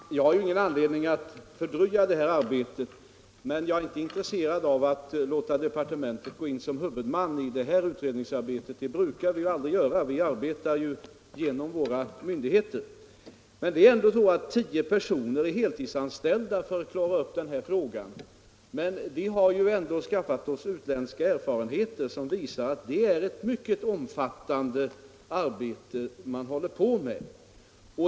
Herr talman! Jag har ingen anledning att fördröja arbetet, men jag är inte intresserad av att låta departementet gå in som huvudman i det här utredningsarbetet. Det brukar vi aldrig göra. Vi arbetar genom våra myndigheter. Men det är ändå så att tio personer är heltidsanställda för att klara upp de här frågorna. Vi har tagit del av utländska erfarenheter, som visar att det är ett mycket omfattande arbete man håller på med.